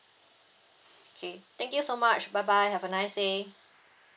okay thank you so much bye bye have a nice day